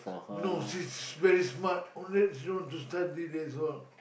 no she's very smart only she want to study that's all